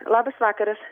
labas vakaras